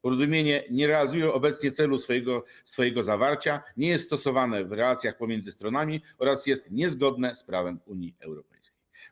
Porozumienie nie realizuje obecnie celu swojego zawarcia, nie jest stosowane w relacjach pomiędzy stronami oraz jest niezgodne z prawem Unii Europejskiej.